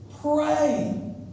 Pray